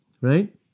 right